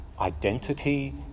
identity